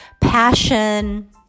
passion